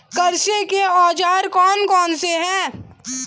कृषि के औजार कौन कौन से हैं?